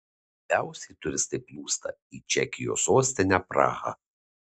labiausiai turistai plūsta į čekijos sostinę prahą